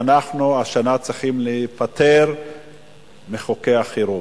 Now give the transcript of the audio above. אנחנו השנה צריכים להיפטר מחוקי החירום,